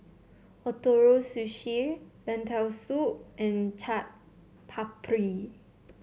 Ootoro Sushi Lentil Soup and Chaat Papri